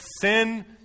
Sin